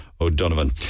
O'Donovan